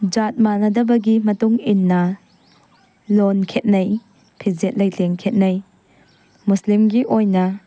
ꯖꯥꯠ ꯃꯥꯟꯅꯗꯕꯒꯤ ꯃꯇꯨꯡ ꯏꯟꯅ ꯂꯣꯟ ꯈꯦꯅꯩ ꯐꯤꯖꯦꯠ ꯂꯩꯇꯦꯡ ꯈꯦꯅꯩ ꯃꯨꯁꯂꯤꯝꯒꯤ ꯑꯣꯏꯅ